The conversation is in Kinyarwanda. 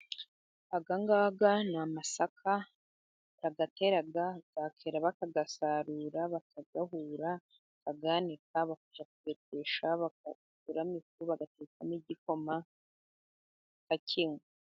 Aya ngaya ni amasaka barayatera yakera bakayasarura, bakayahura, bakanika bakajya kubetesha bagakuramo ifu, bagatekamo igikoma bakakinywa.